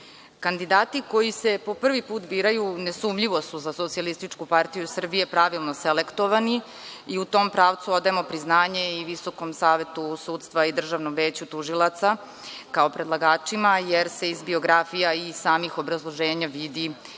državu. Kandidati koji se po prvi put biraju, nesumnjivo su za SPS pravilno selektovani i u tom pravcu odajemo priznanje i Visokom savetu sudstva i Državnom veću tužilaca kao predlagačima, jer se iz biografija i samih obrazloženja vidi